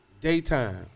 daytime